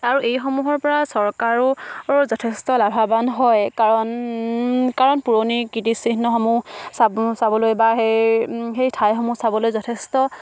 আৰু এইসমূহৰ পৰা চৰকাৰৰো যথেষ্ট লাভৱান হয় কাৰণ পুৰণি কীৰ্তিচিহ্নসমূহ চাবলৈ বা সেই সেই ঠাইসমূহ চাবলৈ যথেষ্ট